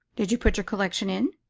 did you put your collection in?